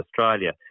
Australia